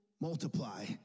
multiply